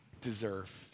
deserve